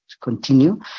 continue